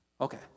Okay